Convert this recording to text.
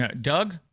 doug